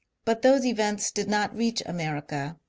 but those events did not reach america,